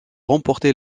remporté